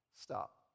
stop